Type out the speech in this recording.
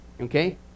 okay